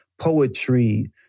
poetry